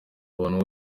abantu